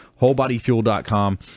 Wholebodyfuel.com